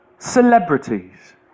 celebrities